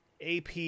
AP